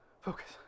Focus